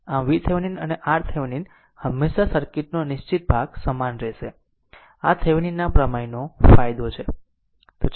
આમVThevenin અને RThevenin હંમેશા સર્કિટનો નિશ્ચિત ભાગ સમાન રહેશે આ થેવેનિનના પ્રમેયનો ફાયદો છે